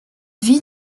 vit